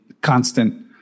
constant